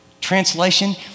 Translation